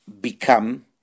become